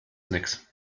nichts